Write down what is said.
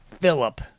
Philip